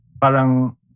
parang